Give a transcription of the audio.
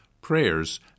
prayers